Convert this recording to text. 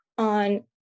on